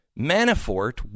Manafort